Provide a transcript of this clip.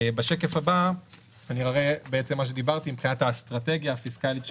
בשקף הבא אני אראה את מה שדיברתי מבחינת האסטרטגיה הפיסקלית שנבנתה.